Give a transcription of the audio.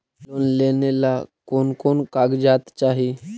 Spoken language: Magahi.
लोन लेने ला कोन कोन कागजात चाही?